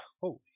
holy